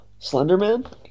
Slenderman